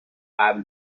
قبل